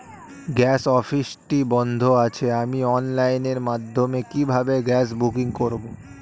Gas অফিসটি বন্ধ আছে আমি অনলাইনের মাধ্যমে কিভাবে গ্যাস বুকিং করব?